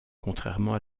contrairement